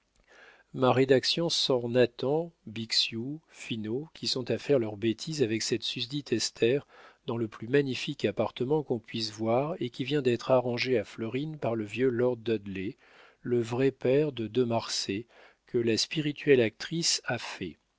ma rédaction sent nathan bixiou finot qui sont à faire leurs bêtises avec cette susdite esther dans le plus magnifique appartement qu'on puisse voir et qui vient d'être arrangé à florine par le vieux lord dudley le vrai père de de marsay que la spirituelle actrice a fait